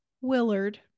willard